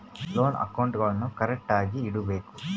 loan ಅಕೌಂಟ್ಗುಳ್ನೂ ಕರೆಕ್ಟ್ಆಗಿ ಇಟಗಬೇಕು